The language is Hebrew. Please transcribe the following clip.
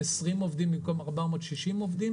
כרגע יש כ-50 בתי מלון סגורים אבל באוקטובר בבתי מלון מוטי תיירות